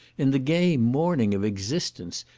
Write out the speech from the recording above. in the gay morning of existence,